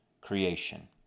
creation